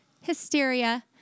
Hysteria